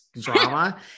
drama